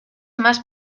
más